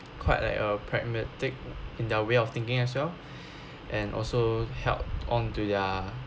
quite like a pragmatic in their way of thinking as well and also held onto their